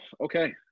Okay